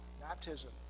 baptism